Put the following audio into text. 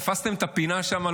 תפסתם את הפינה שם,